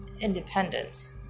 independence